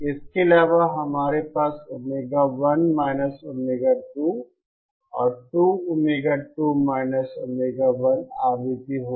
इसके अलावा हमारे पास ओमेगा1 ओमेगा 2 और 2 ओमेगा 2 ओमेगा1 आवृत्ति होगी